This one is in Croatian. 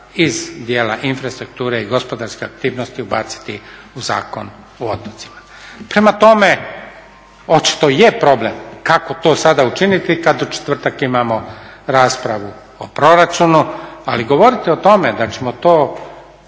iz dijela infrastrukture i gospodarske aktivnosti ubaciti u Zakon o otocima. Prema tome očito je problem kako to sada učiniti kada u četvrtak imamo raspravu o proračunu, ali govoriti o tome, da ćemo to